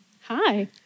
Hi